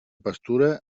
pastura